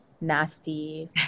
nasty